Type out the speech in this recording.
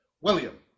William